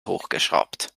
hochgeschraubt